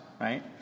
right